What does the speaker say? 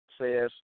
says